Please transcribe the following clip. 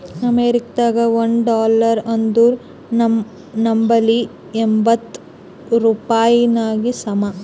ಅಮೇರಿಕಾದಾಗಿನ ಒಂದ್ ಡಾಲರ್ ಅಂದುರ್ ನಂಬಲ್ಲಿ ಎಂಬತ್ತ್ ರೂಪಾಯಿಗಿ ಸಮ